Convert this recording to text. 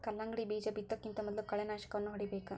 ಕಲ್ಲಂಗಡಿ ಬೇಜಾ ಬಿತ್ತುಕಿಂತ ಮೊದಲು ಕಳೆನಾಶಕವನ್ನಾ ಹೊಡಿಬೇಕ